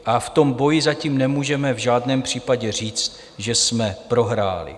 A v tom boji zatím nemůžeme v žádném případě říct, že jsme prohráli.